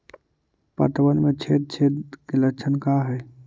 पतबन में छेद छेद के लक्षण का हइ?